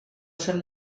són